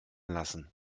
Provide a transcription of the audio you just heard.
lassen